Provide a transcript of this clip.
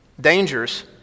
dangers